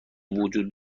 وجود